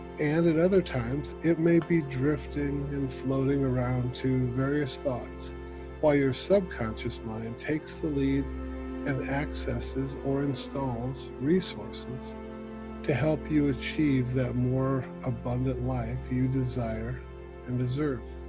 and at other times it may be drifting and floating around to various thoughts while your subconscious mind takes the lead and accesses or installs resources to help you achieve that more abundant life you desire and deserve.